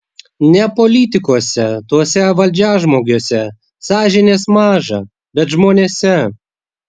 ne politikuose tuose valdžiažmogiuose sąžinės maža bet žmonėse